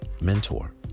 mentor